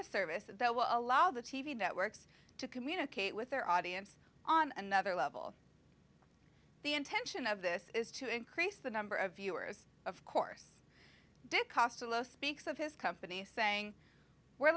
a service that will allow the t v networks to communicate with their audience on another level the intention of this is to increase the number of viewers of course dick costolo speaks of his company saying we're